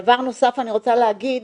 דבר נוסף שאני רוצה להגיד,